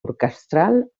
orquestral